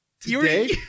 today